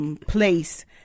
place